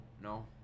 No